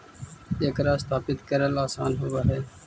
एकरा स्थापित करल आसान होब हई